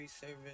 service